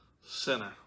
Sinner